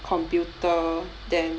computer then